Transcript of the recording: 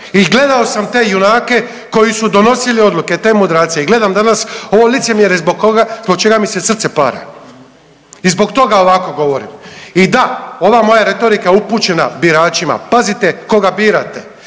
i gledao sam te junake koji su donosili odluke te mudrace i gledam danas ovo licemjerje zbog čega mi se srce para i zbog toga ovako govorim. I da ova moja retorika je upućena biračima pazite koga birate,